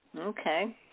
Okay